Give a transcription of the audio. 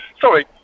sorry